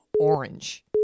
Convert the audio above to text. orange